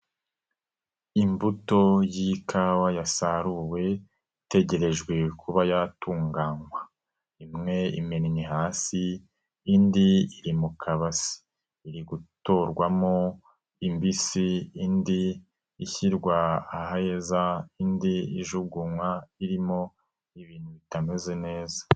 Imbuto y'ikawa yasaruwe itegerejwe kuba yatunganywa imwe imennye hasi, indi iri mu kabasi iri gutorwamo imbisi indi ishyirwa aheza, indi ijugunywa irimo ibintu bitameze neza.